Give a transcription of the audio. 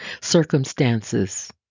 circumstances